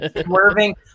swerving